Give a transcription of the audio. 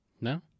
No